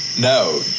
no